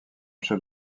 chef